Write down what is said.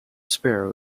sparrow